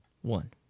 One